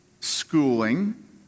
schooling